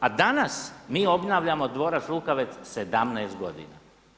A danas mi obnavljamo dvorac Lukavec 17 godina.